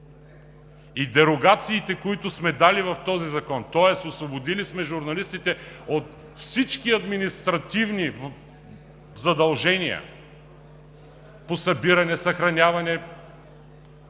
и дерогациите, които сме дали в този закон, тоест освободили сме журналистите от всички административни задължения по събиране, съхраняване